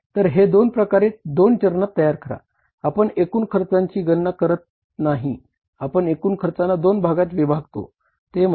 तर हे विवरणपत्र कसे तयार करावे